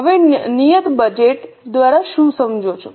હવે તમે નિયત બજેટ દ્વારા શું સમજો છો